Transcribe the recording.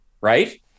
Right